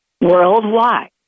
Worldwide